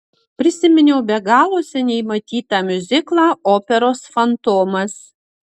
prisiminiau be galo seniai matytą miuziklą operos fantomas